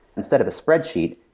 instead of a spreadsheet,